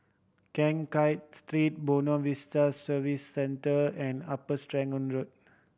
Keng Kiat Street Buona Vista Service Centre and Upper Serangoon Road